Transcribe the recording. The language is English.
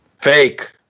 fake